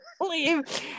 Leave